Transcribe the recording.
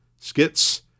skits